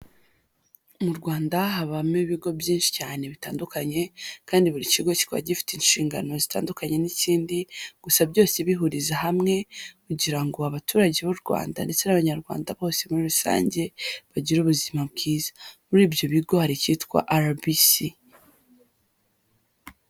Mu rwanda habamo ibigo byinshi cyane bitandukanye kandi buri kigo kikaba gifite inshingano zitandukanye n'ikindi, gusa byose bihuriza hamwe kugira ngo abaturage b'u rwanda ndetse n'abanyarwanda bose muri rusange bagire ubuzima bwiza , muri ibyo bigori hari icyitwa Arabisi.